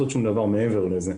הם לא רוצים לעשות שום דבר מעבר לזה.